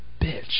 bitch